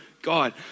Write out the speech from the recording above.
God